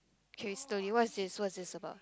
okay study what is this what is this about